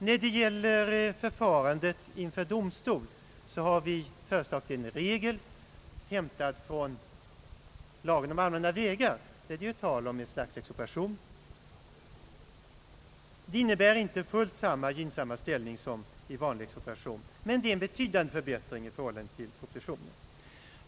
Vad gäller förfarandet inför domstol har vi föreslagit en regel hämtad från lagen om allmänna vägar, där det ju är tal om ett slags expropriation. Det in Ang. förslag till miljöskyddslag m.m. nebär inte fullt samma gynnsamma ställning som vid vanlig expropriation, men det är en betydande förbättring i förhållande till propositionen.